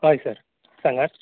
होय सर सांगात